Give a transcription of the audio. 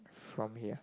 from here